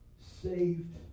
saved